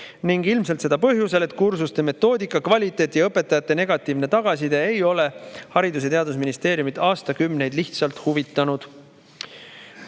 seda ilmselt põhjusel, et kursuste metoodika, kvaliteet ja õpetajate negatiivne tagasiside ei ole Haridus- ja Teadusministeeriumi aastakümneid lihtsalt huvitanud.